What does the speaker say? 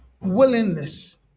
willingness